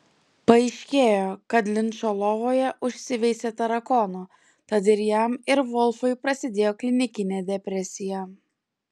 paaiškėjo kad linčo lovoje užsiveisė tarakonų tad ir jam ir volfui prasidėjo klinikinė depresija